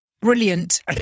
brilliant